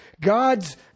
God's